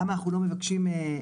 למה אנחנו לא מבקשים נציגות?